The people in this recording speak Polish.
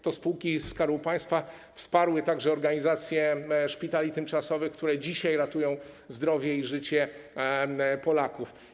To spółki Skarbu Państwa wsparły także organizację szpitali tymczasowych, które dzisiaj ratują zdrowie i życie Polaków.